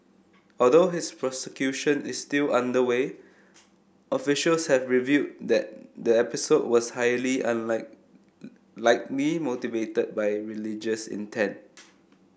although his prosecution is still underway officials have revealed that the episode was highly unlike likely motivated by religious intent